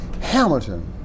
Hamilton